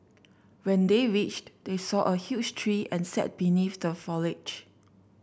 when they reached they saw a huge tree and sat beneath the foliage